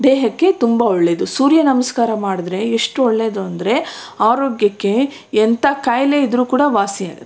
ದೇಹಕ್ಕೆ ತುಂಬ ಒಳ್ಳೆಯದು ಸೂರ್ಯ ನಮಸ್ಕಾರ ಮಾಡಿದ್ರೆ ಎಷ್ಟು ಒಳ್ಳೆಯದು ಅಂದರೆ ಆರೋಗ್ಯಕ್ಕೆ ಎಂಥ ಕಾಯಿಲೆ ಇದ್ದರೂ ಕೂಡ ವಾಸಿಯಾಗುತ್ತಂತೆ